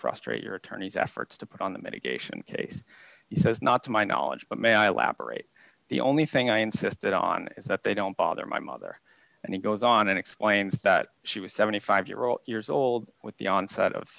frustrate your attorneys efforts to put on the mitigation case he says not to my knowledge but may i lapar rate the only thing i insisted on is that they don't bother my mother and he goes on and explains that she was seventy five year old years old with the onset of